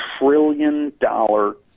trillion-dollar